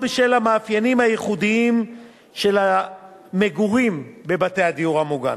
בשל המאפיינים הייחודיים של המגורים בבתי הדיור המוגן.